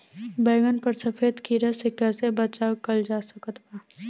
बैगन पर सफेद कीड़ा से कैसे बचाव कैल जा सकत बा?